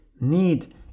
need